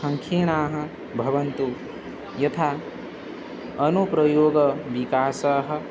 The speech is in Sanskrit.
सङ्कीर्णाः भवन्तु यथा अनुप्रयोगविकासाः